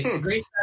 Great